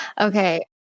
Okay